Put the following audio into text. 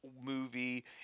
movie